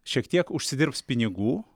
šiek tiek užsidirbs pinigų